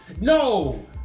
No